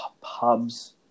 pubs